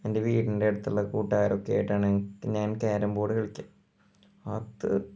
എൻ്റെ വീടിൻ്റെ അടുത്തുള്ള കൂട്ടുകാരൊക്കെ ആയിട്ടാണ് ഞാൻ കാരം ബോർഡ് കളിക്കുക അത്